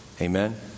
Amen